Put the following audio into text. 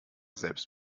selbst